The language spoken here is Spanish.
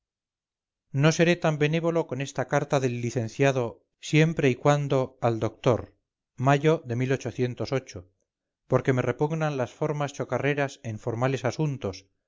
no seré tan benévolo con esta carta del licenciado siempre y quando al doctor mayo de porque me repugnan las formas chocarreras en formales asuntos